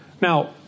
Now